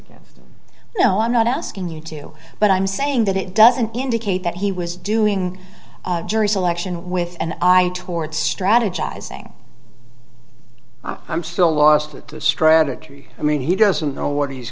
no i'm not asking you to but i'm saying that it doesn't indicate that he was doing jury selection with an eye toward strategizing i'm still lost with the strategery i mean he doesn't know what he's